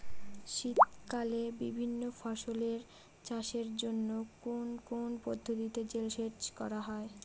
শীতকালে বিভিন্ন ফসলের চাষের জন্য কোন কোন পদ্ধতিতে জলসেচ করা হয়?